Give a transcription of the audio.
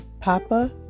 Papa